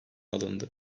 alındı